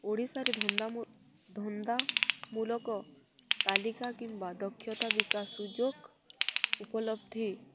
ଓଡ଼ିଶାରେ ଧନ୍ଦାମୂଳକ ତାଲିକା କିମ୍ବା ଦକ୍ଷତା ବିକାଶ ସୁଯୋଗ ଉପଲବ୍ଧି